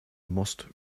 must